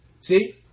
See